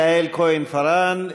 יעל כהן-פארן,